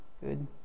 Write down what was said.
good